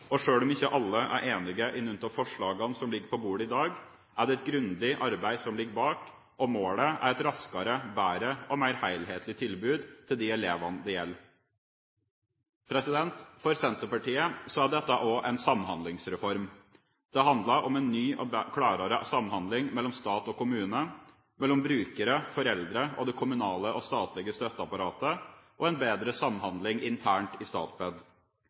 og sjøl om ikke alle er enige i noen av forslagene som ligger på bordet i dag, er det et grundig arbeid som ligger bak, og målet er et raskere, bedre og mer helhetlig tilbud til de elevene det gjelder. For Senterpartiet er dette også en samhandlingsreform. Det handler om en ny og klarere samhandling mellom stat og kommune, mellom brukere, foreldre og det kommunale og statlige støtteapparatet, og en bedre samhandling internt i Statped.